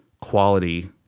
quality